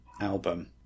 album